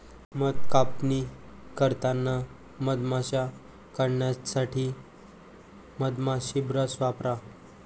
मध कापणी करताना मधमाश्या काढण्यासाठी मधमाशी ब्रश वापरा